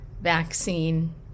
vaccine